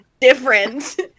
different